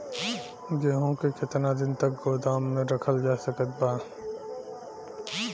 गेहूँ के केतना दिन तक गोदाम मे रखल जा सकत बा?